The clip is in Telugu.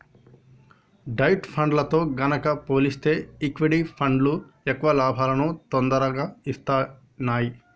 డెట్ ఫండ్లతో గనక పోలిస్తే ఈక్విటీ ఫండ్లు ఎక్కువ లాభాలను తొరగా ఇత్తన్నాయి